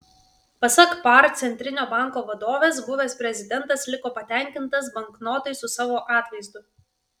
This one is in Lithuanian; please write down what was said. pasak par centrinio banko vadovės buvęs prezidentas liko patenkintas banknotais su savo atvaizdu